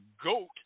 GOAT